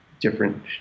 Different